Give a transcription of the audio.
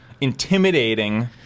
intimidating